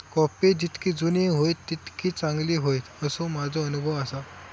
coffee जितकी जुनी होईत तितकी चांगली होईत, असो माझो अनुभव आसा